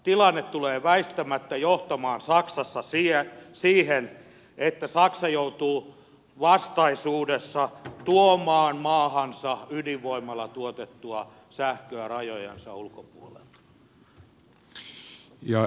tilanne tulee väistämättä johtamaan saksassa siihen että saksa joutuu vastaisuudessa tuomaan maahansa ydinvoimalla tuotettua sähköä rajojensa ulkopuolelta